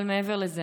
מעבר לזה,